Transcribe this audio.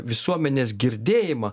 visuomenės girdėjimą